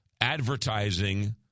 advertising